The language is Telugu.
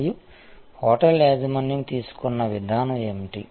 మరియు హోటల్ యాజమాన్యం తీసుకున్న విధానం ఏమిటి